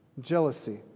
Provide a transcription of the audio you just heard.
jealousy